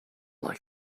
like